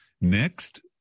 Next